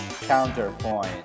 counterpoint